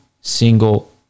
single